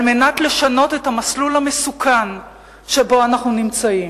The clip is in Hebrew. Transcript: מנת לשנות את המסלול המסוכן שבו אנחנו נמצאים.